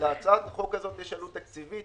להצעת החוק הזו יש עלות תקציבית,